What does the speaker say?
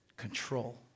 Control